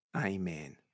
Amen